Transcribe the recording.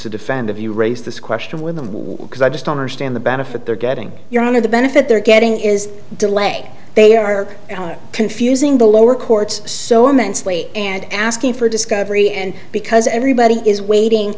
to defend of you raise this question with them because i just understand the benefit they're getting your honor the benefit they're getting is delay they are confusing the lower courts so immensely and asking for discovery and because everybody is waiting